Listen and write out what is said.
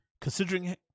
considering